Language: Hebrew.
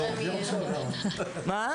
למה?